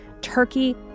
Turkey